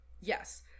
Yes